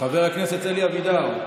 חבר הכנסת אלי אבידר,